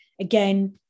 again